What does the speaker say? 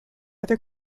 other